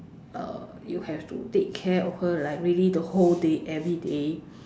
uh you have to take care of her like really the whole day everyday